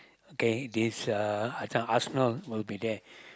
okay this uh this one Arsenal will be there